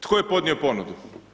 Tko je podnio ponudu?